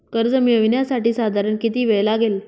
कर्ज मिळविण्यासाठी साधारण किती वेळ लागेल?